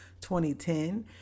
2010